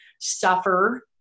suffer